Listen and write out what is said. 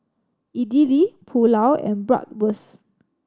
Idili Pulao and Bratwurst